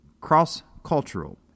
Cross-cultural